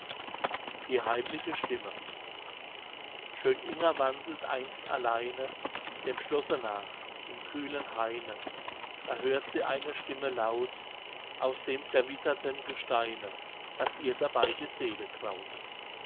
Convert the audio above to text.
die heimliche stimme romanze schön inger wandelt einst alleine dem schlosse nach im kühlen haine da hört sie einer stimme laut aus dem verwitterten gesteine daß ihr dabei die seele graut